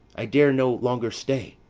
i dare no longer stay.